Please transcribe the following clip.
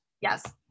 Yes